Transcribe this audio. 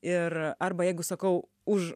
ir arba jeigu sakau už